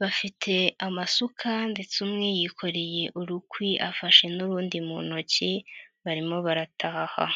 bafite amasukari ndetse umwe yikoreye urukwi afashe n' urundi mu ntoki barimo barataha.